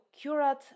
curate